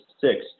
six